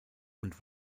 und